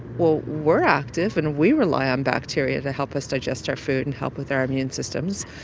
well, we're active and we rely on bacteria to help us digest our food and help with our immune systems,